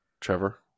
Trevor